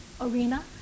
arena